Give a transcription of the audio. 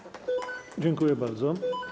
Dziękuję bardzo.